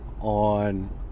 on